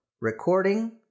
Recording